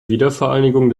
wiedervereinigung